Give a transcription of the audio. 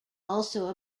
also